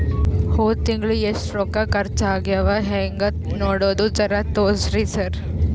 ಹೊದ ತಿಂಗಳ ಎಷ್ಟ ರೊಕ್ಕ ಖರ್ಚಾ ಆಗ್ಯಾವ ಹೆಂಗ ನೋಡದು ಜರಾ ತೋರ್ಸಿ ಸರಾ?